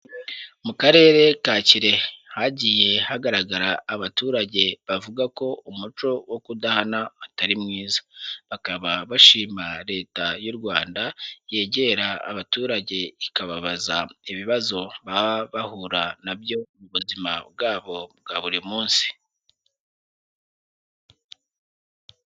Mu karere ka Kirehe, hagiye hagaragara abaturage bavuga ko umuco wo kudahana atari mwiza, bakaba bashima leta y'u Rwanda yegera abaturage ikababaza ibibazo baba bahura na byo mu buzima bwabo bwa buri munsi.